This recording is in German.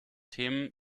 themen